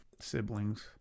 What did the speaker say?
siblings